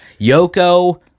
yoko